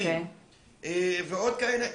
ועוד כאלה,